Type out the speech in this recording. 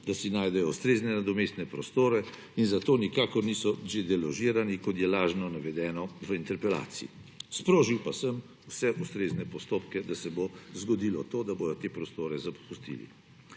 da si najdejo ustrezne nadomestne prostore in zato nikakor niso deložirani, kot je lažno navedeno v interpelaciji. Sprožil pa sem vse ustrezne postopke, da se bo zgodilo to, da bodo te prostore zapustili.